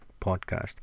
podcast